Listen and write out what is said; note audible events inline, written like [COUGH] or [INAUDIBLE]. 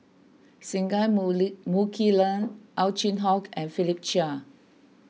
Singai [UNINTELLIGIBLE] Mukilan Ow Chin Hock and Philip Chia